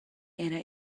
era